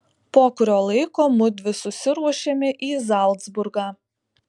po kurio laiko mudvi susiruošėme į zalcburgą